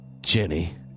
Jenny